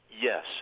Yes